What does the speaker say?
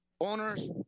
owners